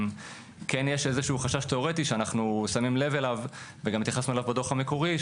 כן יש חשש תיאורטי שאנו שמים לב אליו וגם התייחסנו אליו בדוח המקורי,